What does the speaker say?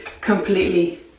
completely